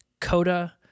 Coda